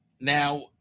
Now